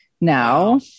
now